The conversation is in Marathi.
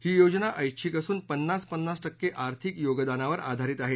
ही योजना ऐष्छिक असून पन्नास पन्नास टक्के आर्थिक योगदानावर आधारित आहे